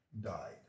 died